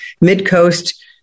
mid-coast